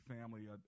family